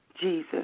Jesus